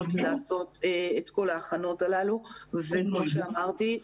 לעשות את כל ההכנות הללו וכמו שאמרתי,